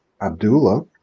Abdullah